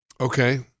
Okay